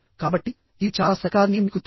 కాబట్టిఇది చాలా సరికాదని మీకు తెలుసు